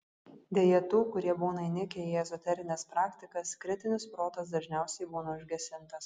deja tų kurie būna įnikę į ezoterines praktikas kritinis protas dažniausiai būna užgesintas